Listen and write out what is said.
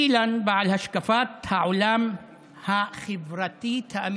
אילן, בעל השקפת העולם החברתית האמיתית,